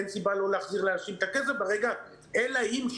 אין סיבה לא להחזיר לאנשים את הכסף,